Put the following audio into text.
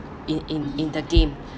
in in in the game